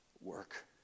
work